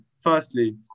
firstly